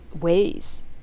ways